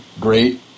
great